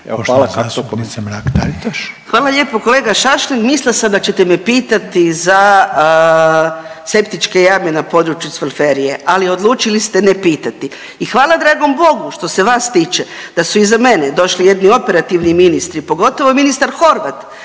**Mrak-Taritaš, Anka (GLAS)** Hvala lijepo kolega Šašlin. Mislila sam da ćete me pitati za septičke jame na području Cvelferije, ali odlučili ste ne pitati. I hvala dragom bogu što se vas tiče da su iza mene došli jedni operativni ministri pogotovo ministar Horvat.